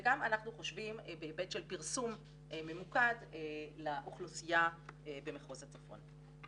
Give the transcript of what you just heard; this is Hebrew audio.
וגם אנחנו חושבים בהיבט של פרסום ממוקד לאוכלוסייה במחוז הצפון.